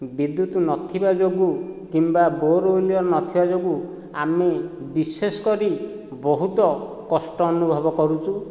ବିଦ୍ୟୁତ୍ ନଥିବା କିମ୍ବା ବୋର୍ୱେଲ୍ ନଥିବା ଯୋଗୁଁ ଆମେ ବିଶେଷ କରି ବହୁତ କଷ୍ଟ ଅନୁଭବ କରୁଛୁ